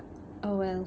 oh well